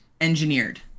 engineered